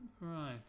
Right